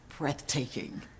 Breathtaking